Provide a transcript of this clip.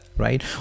Right